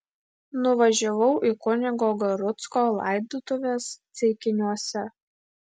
nuvažiavau į kunigo garucko laidotuves ceikiniuose